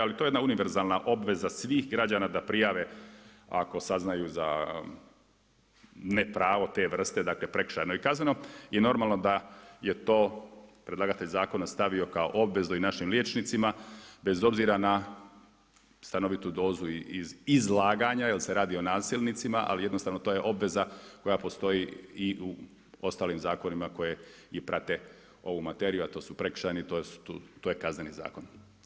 Ali to je jedna univerzalna obveza svih građana da prijave ako saznaju za nepravo te vrste, dakle prekršajno i kazneno i normalno da je to predlagatelj zakona stavio kao obvezu i našim liječnicima bez obzira na stanovitu dozu izlaganja jer se radi o nasilnicima ali jednostavno to je obveza koja postoji i u ostalim zakonima koji i prate ovu materiju a to su prekršajni, to je Kazneni zakon.